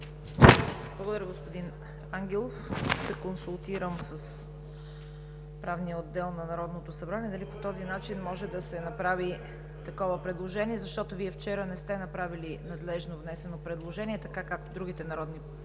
Благодаря, господин Ангелов. Ще се консултирам с Правния отдел на Народното събрание дали по този начин може да се направи такова предложение, защото Вие вчера не сте направили надлежно внесено предложение, така както другите парламентарните